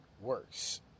worse